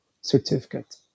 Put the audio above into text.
certificate